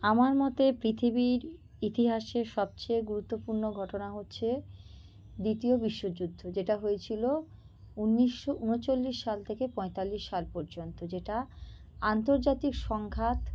আমার মতে পৃথিবীর ইতিহাসে সবচেয়ে গুরুত্বপূর্ণ ঘটনা হচ্ছে দ্বিতীয় বিশ্বযুদ্ধ যেটা হয়েছিল উনিশশো উনচল্লিশ সাল থেকে পঁয়তাল্লিশ সাল পর্যন্ত যেটা আন্তর্জাতিক সংঘাত